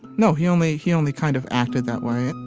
no, he only he only kind of acted that way